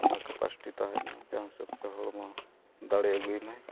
ᱚᱱᱟ ᱠᱮᱯᱟᱥᱤᱴᱤ ᱛᱟᱦᱮᱱᱢᱟ ᱡᱟᱦᱟᱸ ᱦᱤᱥᱟᱹᱵᱽᱛᱮ ᱦᱚᱲᱢᱚ ᱫᱟᱲᱮ ᱟᱜᱩᱭᱢᱟᱭ